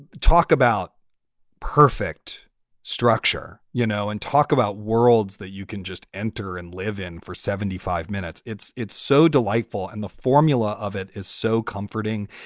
talk about perfect structure, you know, and talk about worlds that you can just enter and live in for seventy five minutes. it's it's so delightful. and the formula of it is so comforting.